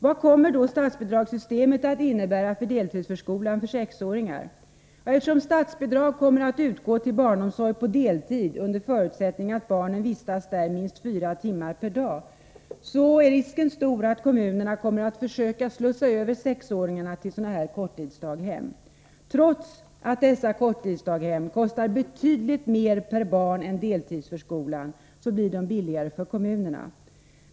Vad kommer statsbidragssystemet att innebära för deltidsförskolan för sexåringar? Ja, eftersom statsbidrag kommer att utgå till barnomsorg på deltid, under förutsättning att barnen vistas där minst fyra timmar per dag, är risken stor att kommunerna kommer att försöka slussa över sexåringarna till sådana korttidsdaghem. Trots att dessa korttidsdaghem kostar betydligt mer per barn än deltidsförskolan, blir de billigare för kommunerna.